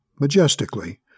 majestically